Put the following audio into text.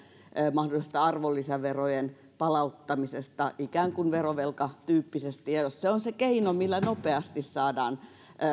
mahdollisesta arvonlisäverojen palauttamisesta ikään kuin verovelkatyyppisesti jos se on se keino millä nopeasti saadaan